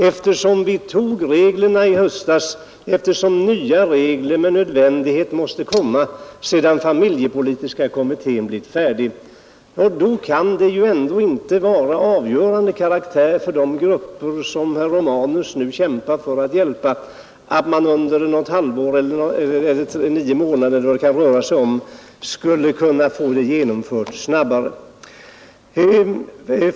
Eftersom vi tog reglerna i höstas och nya regler med nödvändighet måste komma sedan familjepolitiska kommittén blivit färdig, kan det inte vara av avgörande betydelse för de grupper, som herr Romanus kämpar för att hjälpa, om detta genomföres snabbare än inom ett halvår eller nio månader, som det kan röra sig om.